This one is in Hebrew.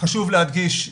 חשוב להדגיש,